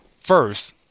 first